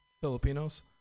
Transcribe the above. Filipinos